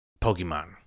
Pokemon